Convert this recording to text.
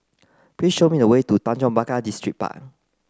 please show me the way to Tanjong Pagar Distripark